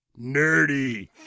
nerdy